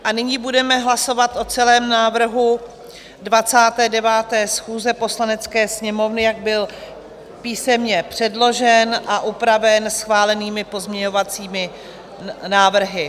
A nyní budeme hlasovat o celém návrhu 29. schůze Poslanecké sněmovny, jak byl písemně předložen a upraven schválenými pozměňovacími návrhy.